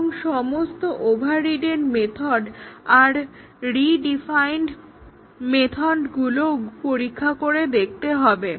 এবং সমস্ত overridden method আর রিডিফাইন্ড মেথডগুলিও পরীক্ষা করে দেখতে হবে